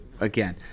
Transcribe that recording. again